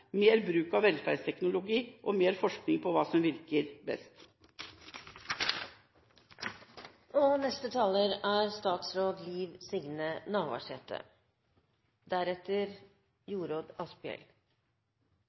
mer bruk av velferdsteknologi og mer forskning på hva som virker best. Dei norske kommunane står for nesten halvparten av helsetenestene i Noreg. Dei er